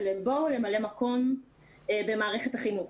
בואו למלא מקום במערכת החינוך.